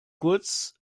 kurz